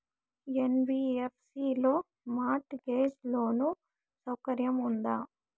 NBFC లో mortgage loan సౌకర్యం ఉందా?